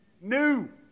New